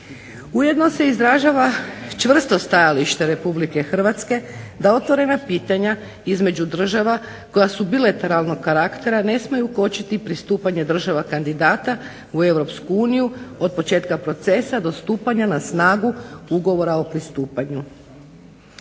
Ujedno se izražava čvrsto stajalište Republike Hrvatske da otvorena pitanja između država koje su bilateralnog karaktera, ne smiju kočiti pristupanje država kandidata u Europsku uniju od početka procesa do stupanja na snagu ugovora o pristupanju.